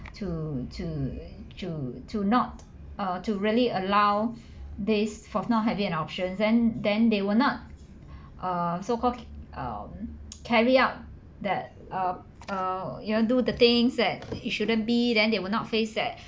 to to to to not err to really allow this from not having an option then then they will not err so called um carry out that err err you know do the things that you shouldn't be then they will not face that